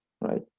right